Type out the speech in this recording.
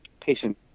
patient